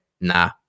nah